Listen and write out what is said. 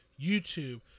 YouTube